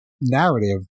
narrative